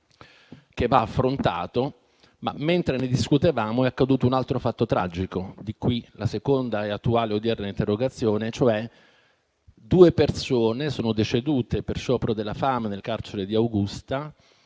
che va affrontato, ma mentre ne discutevamo è accaduto un altro fatto tragico. Da qui la seconda e odierna interrogazione: due persone sono decedute per sciopero della fame nel carcere di Augusta,